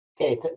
Okay